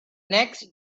next